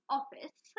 office